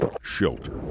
shelter